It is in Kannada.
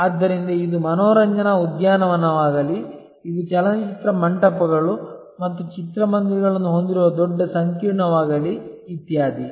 ಆದ್ದರಿಂದ ಇದು ಮನೋರಂಜನಾ ಉದ್ಯಾನವನವಾಗಲಿ ಇದು ಚಲನಚಿತ್ರ ಮಂಟಪಗಳು ಮತ್ತು ಚಿತ್ರಮಂದಿರಗಳನ್ನು ಹೊಂದಿರುವ ದೊಡ್ಡ ಸಂಕೀರ್ಣವಾಗಲಿ ಇತ್ಯಾದಿ